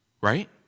Right